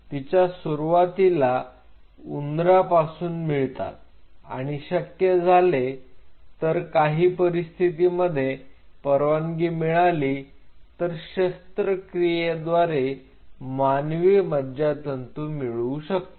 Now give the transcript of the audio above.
तिच्या सुरुवातीला उंदरा पासून मिळतात आणि शक्य झाले तर काही परिस्थितीमध्ये परवानगी मिळाली तर शस्त्रक्रियेद्वारे मानवी मज्जातंतू मिळवू शकतो